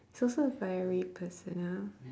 it's also very personal